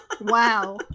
Wow